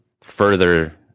further